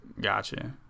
Gotcha